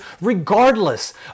regardless